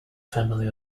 family